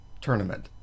tournament